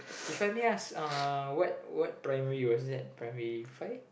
If I may ask uh what what primary it was that primary If I